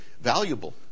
valuable